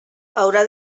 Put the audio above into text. haurà